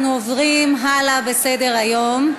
אנחנו עוברים הלאה בסדר-היום.